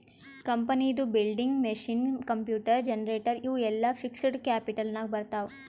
ಕಂಪನಿದು building, machine, computer, generator ಇವು ಎಲ್ಲಾ ಫಿಕ್ಸಡ್ ಕ್ಯಾಪಿಟಲ್ ನಾಗ್ ಬರ್ತಾವ್